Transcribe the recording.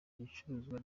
icuruzwa